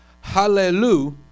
hallelujah